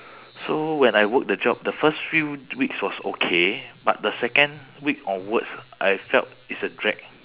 so when I work the job the first few weeks was okay but the second week onwards I felt it's a drag